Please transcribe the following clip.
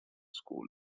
school